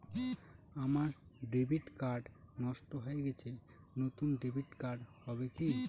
আমার debit card নষ্ট হয়ে গেছে নূতন ডেবিট কার্ড হবে কি?